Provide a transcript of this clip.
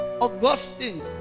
Augustine